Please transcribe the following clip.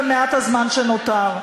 במעט הזמן שנותר: